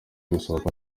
gusohoka